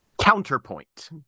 counterpoint